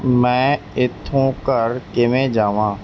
ਮੈਂ ਇੱਥੋਂ ਘਰ ਕਿਵੇਂ ਜਾਵਾਂ